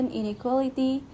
inequality